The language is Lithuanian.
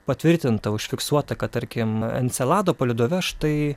patvirtinta užfiksuota kad tarkim encelado palydove štai